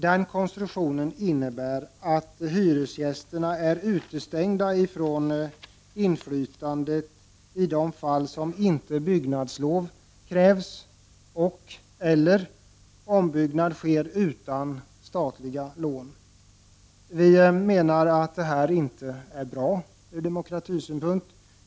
Den konstruktionen innebär att hyresgästerna är utestängda från inflytandet i de fall byggnadslov inte krävs och/eller ombyggnad sker utan statliga lån. Vi tycker inte att det här är bra ur demokratisynpunkt.